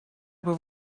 было